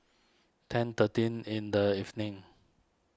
ten thirty in the evening